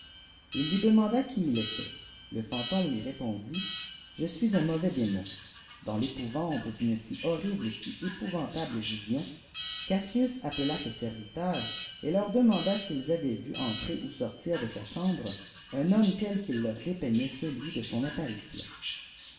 il lui demanda qui il était le faiitôme lui répondit je suis un mauvaisdémon dans l'épouvante d'unesi horrible et si épouvantable vision cassius appela ses serviteurs et leur demanda s'ils avaient vu entrer ou sortir de sa chambre un homme tel qu'il leur dépeignait celui de son apparition